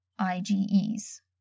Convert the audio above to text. IgEs